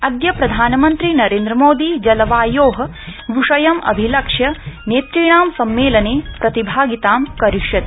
अदय प्रधानमन्त्री नरेन्द्रमोदी जलवायो विषयम् अभिलक्ष्य नेतृणां सम्मेलने प्रतिभागितां करिष्यति